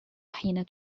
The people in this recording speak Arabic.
حين